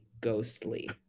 ghostly